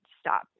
stop